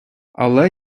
але